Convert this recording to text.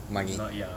not ya